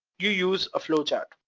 you use a flow chart.